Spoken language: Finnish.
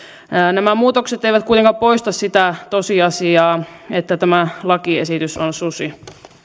nämä muutokset eivät kuitenkaan poista sitä tosiasiaa että tämä lakiesitys on susi